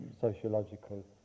sociological